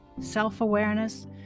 self-awareness